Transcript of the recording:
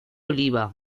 oliva